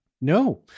No